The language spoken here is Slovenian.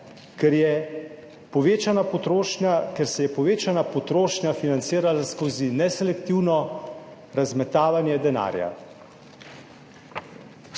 Ker se je povečana potrošnja financirala skozi neselektivno razmetavanje denarja.